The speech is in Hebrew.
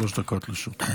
שלוש דקות לרשותך.